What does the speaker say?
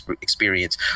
experience